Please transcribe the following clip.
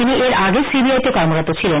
তিনি এর আগে সিবিআই তে কর্মরত ছিলেন